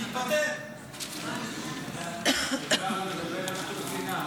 תן דוגמה אישית.